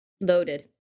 loaded